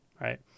Right